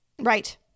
Right